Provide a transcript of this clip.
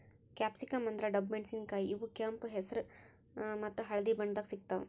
capsicum ಅಂದ್ರ ಡಬ್ಬು ಮೆಣಸಿನಕಾಯಿ ಇವ್ ಕೆಂಪ್ ಹೆಸ್ರ್ ಮತ್ತ್ ಹಳ್ದಿ ಬಣ್ಣದಾಗ್ ಸಿಗ್ತಾವ್